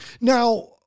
Now